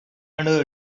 under